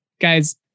Guys